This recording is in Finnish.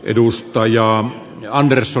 arvoisa puhemies